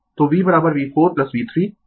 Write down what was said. तो V V4 V3 कि V